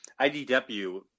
IDW